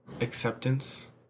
acceptance